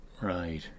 Right